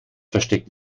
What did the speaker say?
versteckt